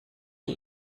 die